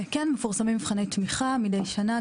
כן, מפורסמים מבחני תמיכה מידי שנה.